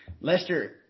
Lester